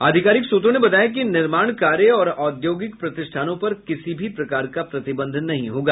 आधिकारिक सूत्रों ने बताया कि निर्माण कार्य और औद्योगिक प्रतिष्ठानों पर किसी भी प्रकार का प्रतिबंध नहीं होगा